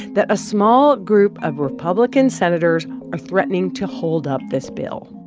that a small group of republican senators are threatening to hold up this bill.